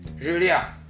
Julia